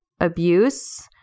abuse